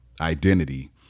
identity